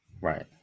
Right